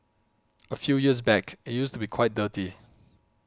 a few years back it used to be quite dirty